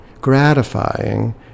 gratifying